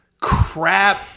crap